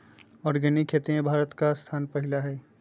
organic खेती में भारत के स्थान पहिला हइ